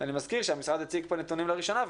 אני מזכיר שהמשרד הציג פה נתונים לראשונה,